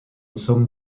some